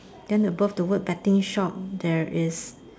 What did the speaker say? then above the word betting shop there is